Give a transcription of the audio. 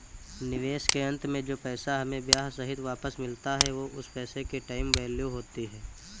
निवेश के अंत में जो पैसा हमें ब्याह सहित वापस मिलता है वो उस पैसे की टाइम वैल्यू होती है